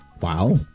Wow